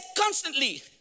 constantly